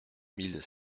mille